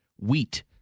wheat